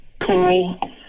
cool